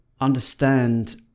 understand